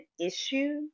issue